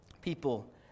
people